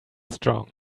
strong